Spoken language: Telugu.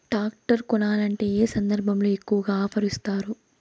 టాక్టర్ కొనాలంటే ఏ సందర్భంలో ఎక్కువగా ఆఫర్ ఇస్తారు?